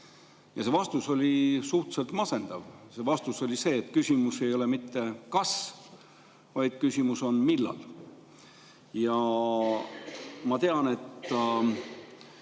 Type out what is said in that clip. Ja vastus oli suhteliselt masendav. Vastus oli, et küsimus ei ole mitte kas, vaid küsimus on millal. Ma tean, et